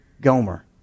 Gomer